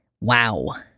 Wow